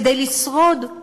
כדי לשרוד,